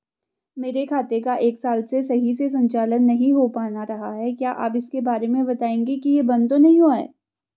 मेरे खाते का एक साल से सही से संचालन नहीं हो पाना रहा है क्या आप इसके बारे में बताएँगे कि ये बन्द तो नहीं हुआ है?